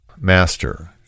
Master